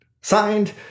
Signed